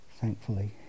thankfully